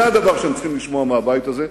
זה הדבר שהם צריכים לשמוע מהבית הזה,